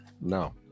No